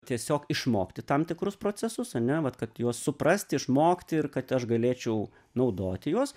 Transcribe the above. tiesiog išmokti tam tikrus procesus ane vat kad juos suprasti išmokti ir kad aš galėčiau naudoti juos